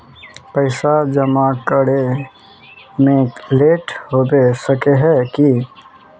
पैसा जमा करे में लेट होबे सके है की?